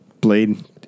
Blade